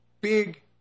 big